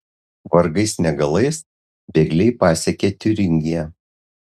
vargais negalais bėgliai pasiekia tiuringiją